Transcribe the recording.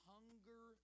Hunger